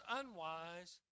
unwise